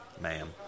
Ma'am